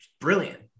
brilliant